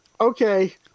okay